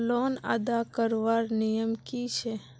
Loan अदा करवार नियम की छे?